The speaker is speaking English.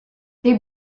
they